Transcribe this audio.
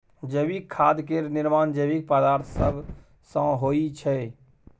जैविक खाद केर निर्माण जैविक पदार्थ सब सँ होइ छै